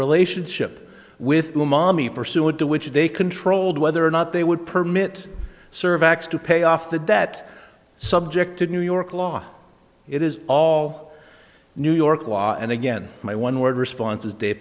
relationship with mommy pursuant to which they controlled whether or not they would permit serve x to pay off the debt subject to new york law it is all new york law and again my one word response is da